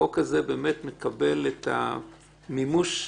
החוק הזה באמת מקבל את המימוש טוב,